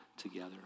together